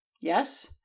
Yes